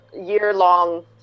year-long